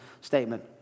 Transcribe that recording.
statement